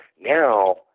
now